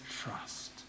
trust